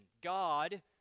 God